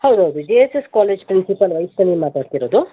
ಹೌದು ಹೌದು G S S college principal Vaishnavi ಮಾತಾಡ್ತಿರೋದು